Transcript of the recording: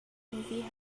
movie